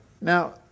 Now